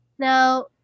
Now